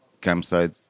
Campsite